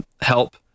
help